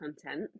content